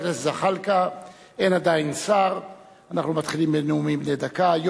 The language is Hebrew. אנחנו מתחילים בנאומים בני דקה.